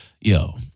Yo